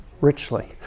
richly